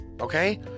Okay